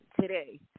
today